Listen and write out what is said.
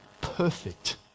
perfect